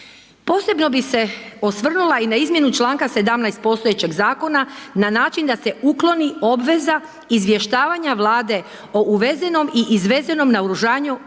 Posebno bi se osvrnula i na izmjenu čl. 17 postojećeg zakona na način da se ukloni obveza izvještavanja Vlade o uvezenom i izvezenom naoružanju i vojnoj